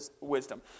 wisdom